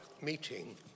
meeting